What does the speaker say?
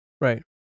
Right